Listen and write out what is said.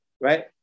right